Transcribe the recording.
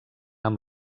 amb